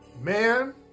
Man